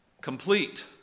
complete